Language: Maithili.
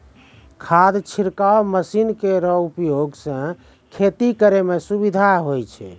खाद छिड़काव मसीन केरो उपयोग सँ खेती करै म सुबिधा होय छै